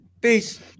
peace